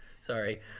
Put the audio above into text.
Sorry